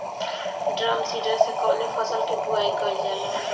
Drum seeder से कवने फसल कि बुआई कयील जाला?